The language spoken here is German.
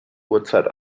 uhrzeit